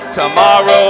tomorrow